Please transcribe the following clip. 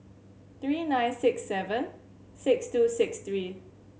three nine six seven six two six three